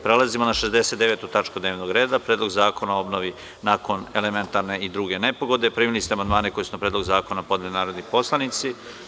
Prelazimo na 69. tačku dnevnog reda – PREDLOG ZAKONA O OBNOVI NAKON ELEMENTARNE I DRUGE NEPOGODE Primili ste amandmane koje su na Predlog zakona podneli narodni poslanici.